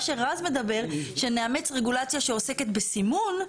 מה שרז מדבר שנאמץ רגולציה שעוסקת בסימון,